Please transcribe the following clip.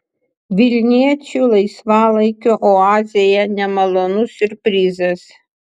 vilniečių laisvalaikio oazėje nemalonus siurprizas